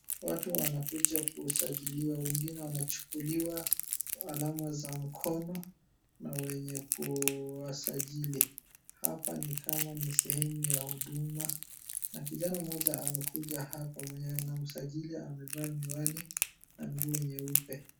Watu wanakuja kusajiliwa wengine wanachukuliwa alama za mkono na wenye kuwasajili. Hapa ni kama ni sehemu ya huduma na kijana mmoja amekuja hapa mwenye anamsajili amevaa miwani na nguo nyeupe.